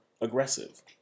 aggressive